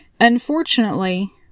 Unfortunately